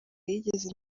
yigeze